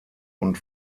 und